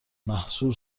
محصور